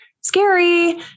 scary